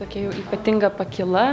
tokia jau ypatinga pakyla